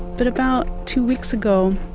but about two weeks ago,